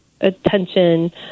attention